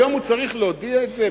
היום הוא צריך להודיע את זה?